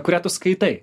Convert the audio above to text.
kurią tu skaitai